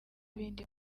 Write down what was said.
ibindi